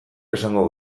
esango